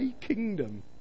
kingdom